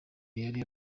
yari